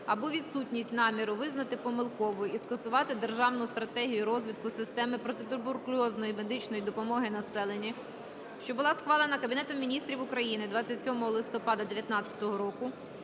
або відсутність наміру визнати помилковою і скасувати Державну стратегію розвитку системи протитуберкульозної медичної допомоги населенню, що була схвалена Кабінетом Міністрів України 27 листопада 2019 року,